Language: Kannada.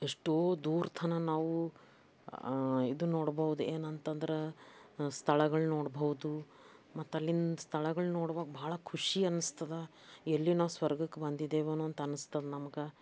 ಎಷ್ಟೋ ದೂರ ತನಕ ನಾವು ಇದು ನೋಡ್ಬೌದು ಏನಂತಂದ್ರೆ ಸ್ಥಳಗಳು ನೋಡ್ಬೌದು ಮತ್ತು ಅಲ್ಲಿನ ಸ್ಥಳಗಳು ನೋಡುವಾಗ ಭಾಳ ಖುಷಿ ಅನಿಸ್ತದೆ ಎಲ್ಲಿ ನಾವು ಸ್ವರ್ಗಕ್ಕೆ ಬಂದಿದ್ದೇವೇನೊ ಅಂತ ಅನಿಸ್ತದೆ ನಮ್ಗೆ